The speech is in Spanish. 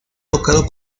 tocado